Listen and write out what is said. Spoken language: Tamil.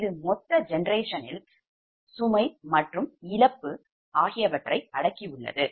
இது மொத்த generationயில் சுமை மற்றும் இழப்பு ஆகியவற்றை அடக்கியுள்ளது